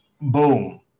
Boom